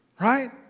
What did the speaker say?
right